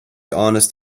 honest